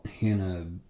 hannah